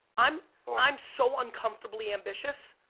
i'm i'm so uncomfortably ambitious,